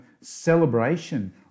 celebration